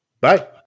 Bye